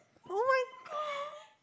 [oh]-my-god